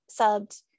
subbed